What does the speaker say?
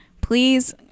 please